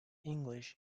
english